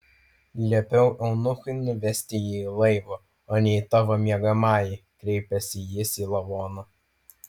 liepiau eunuchui nuvesti jį į laivą o ne į tavo miegamąjį kreipėsi jis į lavoną